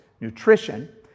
nutrition